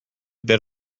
bit